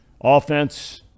Offense